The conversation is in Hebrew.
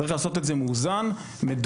צריך לעשות את זה מאוזן ומדורג,